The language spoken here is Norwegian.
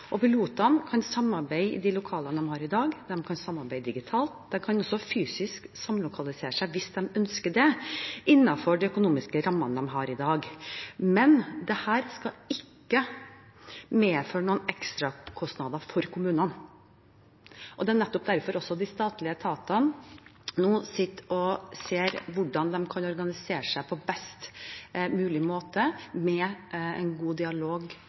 Pilotene kan samarbeide i de lokalene de har i dag, de kan samarbeide digitalt, og de kan også samlokalisere seg fysisk hvis de ønsker det, innenfor de økonomiske rammene de har i dag. Men dette skal ikke medføre noen ekstrakostnader for kommunene. Det er nettopp derfor de statlige etatene nå ser på hvordan de kan organisere seg på best mulig måte, med en god dialog